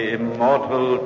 immortal